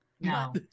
No